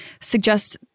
suggest